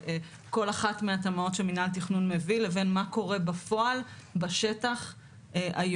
וכל אחת מהתמ"אות שמנהל תכנון מביא לבין מה קורה בפועל ובשטח היום.